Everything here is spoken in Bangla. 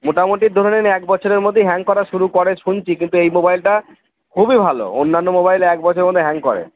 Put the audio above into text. মোটামুটি ধরে নিন এক বছরের মধ্যেই হ্যাং করা শুরু করে শুনছি কিন্তু এই মোবাইলটা খুবই ভালো অন্যান্য মোবাইল এক বছরের মধ্যে হ্যাং করে